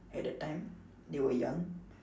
at that time they were young